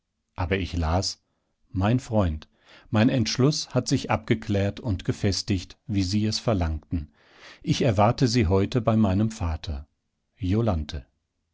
aber ich las mein freund mein entschluß hat sich abgeklärt und gefestigt wie sie es verlangten ich erwarte sie heute bei meinem vater